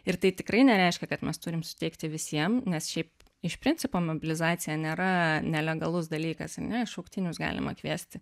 ir tai tikrai nereiškia kad mes turim suteikti visiem nes šiaip iš principo mobilizacija nėra nelegalus dalykas ar ne šauktinius galima kviesti